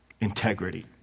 integrity